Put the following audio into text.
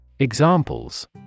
Examples